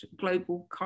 global